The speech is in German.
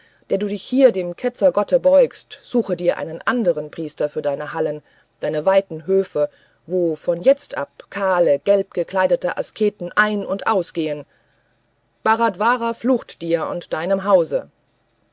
der du dich hier dem ketzergotte beugst suche dir einen anderen priester für deine hallen deine weiten höfe wo von jetzt ab kahle gelbgekleidete asketen ein und ausgehen bharadvaja flucht dir und deinem hause